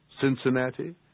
Cincinnati